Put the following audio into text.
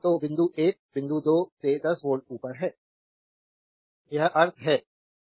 तो बिंदु 1 बिंदु 2 से 10 वोल्ट ऊपर है यह अर्थ है